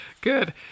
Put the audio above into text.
Good